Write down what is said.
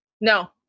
No